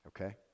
okay